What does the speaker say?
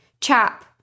chap